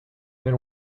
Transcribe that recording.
when